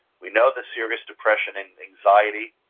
we know the serious depression and anxiety.